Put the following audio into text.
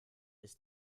ist